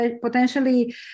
potentially